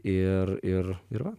ir ir yra